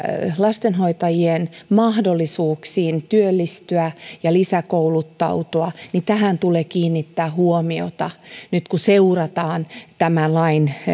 lastenhoitajien mahdollisuuksiin työllistyä ja lisäkouluttautua tulee kiinnittää huomiota nyt kun seurataan tämän lain